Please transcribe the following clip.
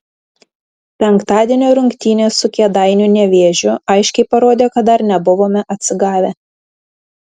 penktadienio rungtynės su kėdainių nevėžiu aiškiai parodė kad dar nebuvome atsigavę